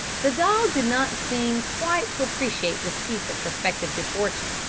the dog did not seem quite to appreciate this piece of prospective good fortune.